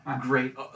great